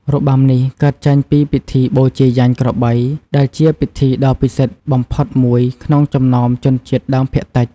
របាំនេះកើតចេញពីពិធីបូជាយញ្ញក្របី ដែលជាពិធីដ៏ពិសិដ្ឋបំផុតមួយក្នុងចំណោមជនជាតិដើមភាគតិច។